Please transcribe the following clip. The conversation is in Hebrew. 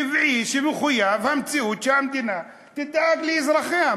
טבעי, מחויב המציאות, שהמדינה תדאג לאזרחיה.